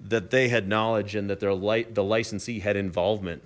that they had knowledge and that their light the licensee had involvement